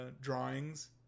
drawings